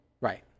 Right